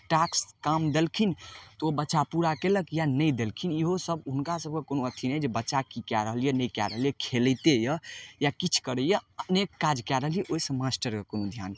task काम देलखिन तऽ ओ बच्चा पूरा कएलक या नहि देलखिन ईहोसब हुनकासभके कोनो अथी नहि जे बच्चा कि कै रहल यऽ नहि कै रहल यऽ खेलैते यऽ किछु करैए अनेक काज कै रहल यऽ ओहिसँ मास्टरके कोन धिआन